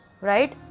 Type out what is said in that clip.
Right